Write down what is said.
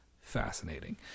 fascinating